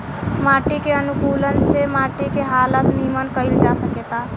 माटी के अनुकूलक से माटी के हालत निमन कईल जा सकेता